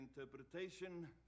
interpretation